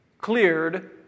cleared